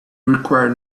required